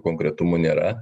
konkretumų nėra